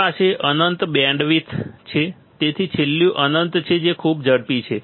તેની પાસે અનંત બેન્ડવિડ્થ છે તેથી છેલ્લું અનંત છે તે ખૂબ જ ઝડપી છે